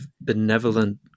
benevolent